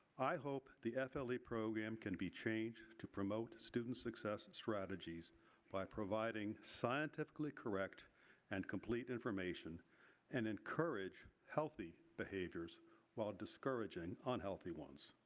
i hope the f l program can be changed to promote student success strategies by providing scientifically correct and complete information and encourage healthy behaviors while discouraging unhealthy ones.